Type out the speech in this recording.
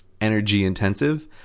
energy-intensive